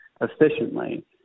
efficiently